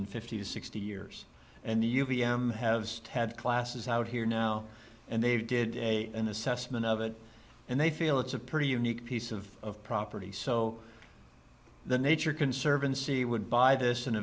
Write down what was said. in fifty sixty years and the u v m has had classes out here now and they did a an assessment of it and they feel it's a pretty unique piece of property so the nature conservancy would buy this and